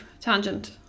Tangent